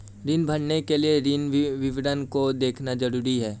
ऋण भरने के लिए ऋण विवरण को देखना ज़रूरी है